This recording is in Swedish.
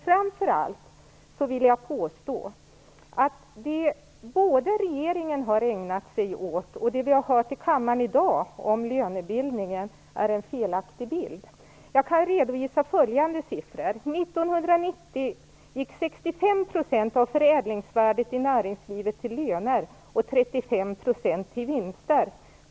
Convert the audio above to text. Framför allt vill jag påstå att både regeringens åtgöranden och det som vi har hört i kammaren i dag om lönebildningen har givit en felaktig bild. Jag kan redovisa följande siffror. År 1990 gick 65 % av förädlingsvärdet i näringslivet till löner och 35 % till vinster.